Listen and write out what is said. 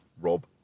Rob